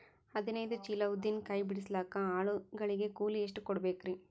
ಹದಿನೈದು ಚೀಲ ಉದ್ದಿನ ಕಾಯಿ ಬಿಡಸಲಿಕ ಆಳು ಗಳಿಗೆ ಕೂಲಿ ಎಷ್ಟು ಕೂಡಬೆಕರೀ?